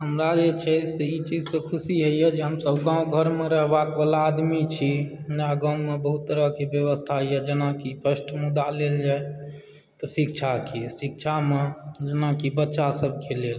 हमरा जे छै से ई चीज सँ खुशी होइया जे हमसब गाँव घर मे रहबाक वला आदमी छी हमरा गाँव मे बहुत तरह के व्यवस्था यऽ जेनाकि प्रथम मुदा लेल जाय तऽ शिक्षा के शिक्षा मे जेनाकि बच्चा सबके लेल